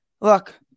Look